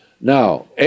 Now